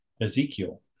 Ezekiel